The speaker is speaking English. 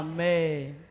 Amen